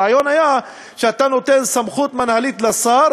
הרעיון היה שאתה נותן סמכות מינהלית לשר